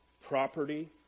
property